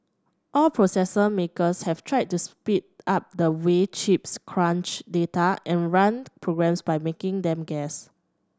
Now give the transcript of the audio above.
all processor makers have tried to speed up the way chips crunch data and run programs by making them guess